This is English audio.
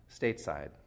stateside